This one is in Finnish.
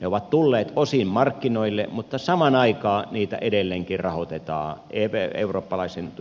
ne ovat tulleet osin markkinoille mutta samaan aikaan niitä edelleenkin rahoitetaan näitten eurooppalaisten